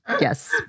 Yes